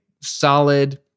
solid